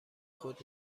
خود